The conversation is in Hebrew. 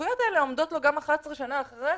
הזכויות האלה עומדות לו גם 11 שנים אחר כך.